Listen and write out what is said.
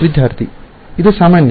ವಿದ್ಯಾರ್ಥಿ ಇದು ಸಾಮಾನ್ಯ